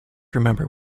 remember